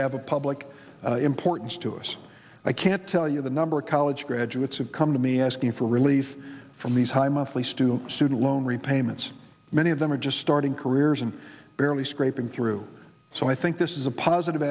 have a public importance to us i can't tell you the number of college graduates have come to me asking for relief from these high monthly student student loan repayments many of them are just starting careers and barely scraping through so i think this is a positive